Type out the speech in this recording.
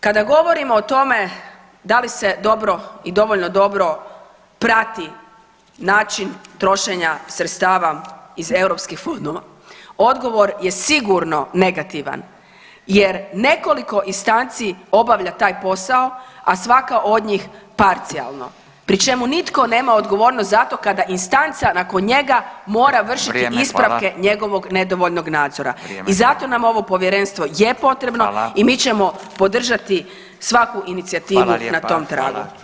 Kada govorimo o tome da li se dobro i dovoljno dobro prati način trošenja sredstava iz europskih fondova odgovor je sigurno negativan jer nekoliko istanci obavlja taj posao, a svaka od njih parcijalno pri čemu nitko nema odgovornost za to kada istanca nakon njega mora vršiti ispravke njegovog nedovoljnog nadzora i zato nam ovo povjerenstvo je potrebno i mi ćemo podržati svaku inicijativu na tom tragu.